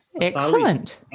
Excellent